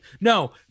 no